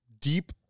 deep